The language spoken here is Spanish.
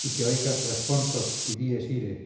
que oigas responsos y dies ir